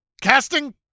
Casting